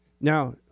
now